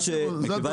עם זה אתם